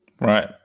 Right